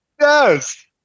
Yes